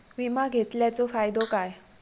विमा घेतल्याचो फाईदो काय?